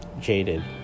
Jaded